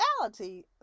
reality